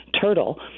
turtle